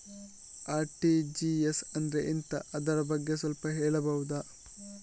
RTGS ಅಂದ್ರೆ ಎಂತ ಅದರ ಬಗ್ಗೆ ಸ್ವಲ್ಪ ಹೇಳಬಹುದ?